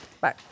Bye